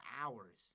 hours